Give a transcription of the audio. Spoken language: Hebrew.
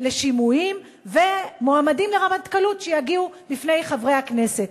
לשימועים ומועמדים לרמטכ"לות שיגיעו לפני חברי הכנסת.